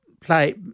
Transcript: play